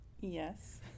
Yes